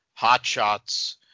hotshots